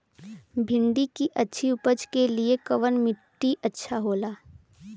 भिंडी की अच्छी उपज के लिए कवन मिट्टी अच्छा होला?